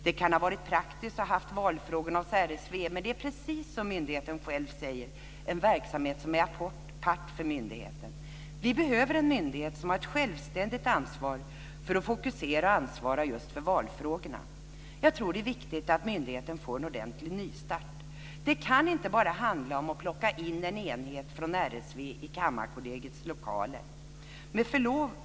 Det kan ha varit praktiskt att ha valfrågorna hos RSV men det är, precis som myndigheten själv säger, en verksamhet som är apart för myndigheten. Vi behöver en myndighet som har ett självständigt ansvar för att fokusera och ansvara just för valfrågorna. Jag tror att det är viktigt att myndigheten får en ordentlig nystart. Det kan ju inte bara handla om att plocka in en enhet från RSV i Kammarkollegiets lokaler. Fru talman!